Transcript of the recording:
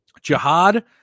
Jihad